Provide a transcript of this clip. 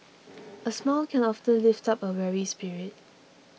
a smile can often lift up a weary spirit